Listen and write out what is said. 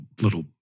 little